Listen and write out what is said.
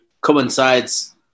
coincides